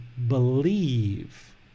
believe